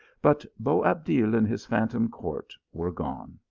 but boabdil and his phantom court were gone.